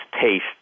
taste